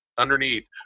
Underneath